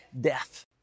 death